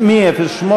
59,